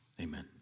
Amen